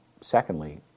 secondly